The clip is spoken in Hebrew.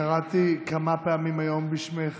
שקראתי היום כמה פעמים בשמך